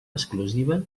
exclusiva